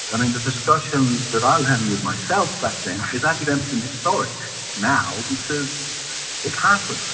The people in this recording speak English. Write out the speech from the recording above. i mean, the discussion that i was having with myself back then is academic and historic now because it happened,